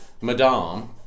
madame